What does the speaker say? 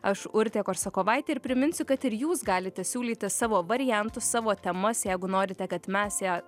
aš urtė korsakovaitė ir priminsiu kad ir jūs galite siūlyti savo variantus savo temas jeigu norite kad mes ją